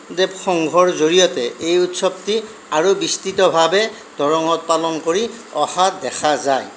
দেৱ সংঘৰ জৰিয়তে এই উৎসৱটি আৰু বিস্তৃতভাৱে দৰঙত পালন কৰি অহা দেখা যায়